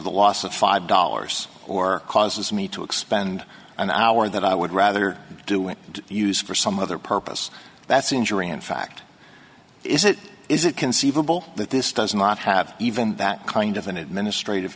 the loss of five dollars or causes me to expend an hour that i would rather do it and use for some other purpose that's injuring in fact is it is it conceivable that this does not have even that kind of an administrative